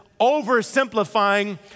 oversimplifying